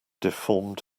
deformed